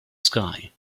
sky